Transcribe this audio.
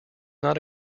not